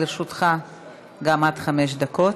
גם לרשותך עד חמש דקות.